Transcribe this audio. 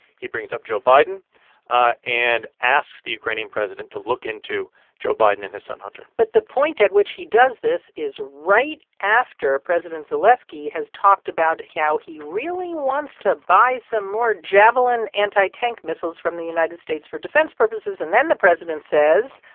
he brings up joe biden ah and asks the ukrainian president to look into joe biden and his son, hunter but the point at which he does this is right after president zelenskiy has talked about how he really wants to buy some more javelin antitank missiles from the united states for defense purposes. and then the president says,